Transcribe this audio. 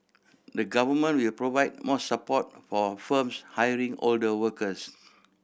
the Government will provide more support for firms hiring older workers